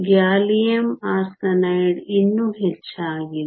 gallium arsenide ಇನ್ನೂ ಹೆಚ್ಚಾಗಿದೆ